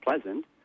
pleasant